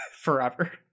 forever